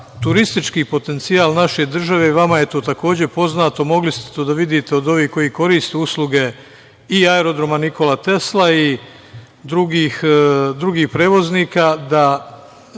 turistički potencijal naše države, vama je to takođe poznato, a mogli ste to da vidite od ovih koji koriste usluge i aerodroma „ Nikola Tesla“, i drugih prevoznika, da